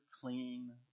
clean